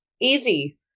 Easy